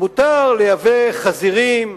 מותר לייבא חזירים,